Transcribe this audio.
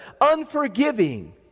unforgiving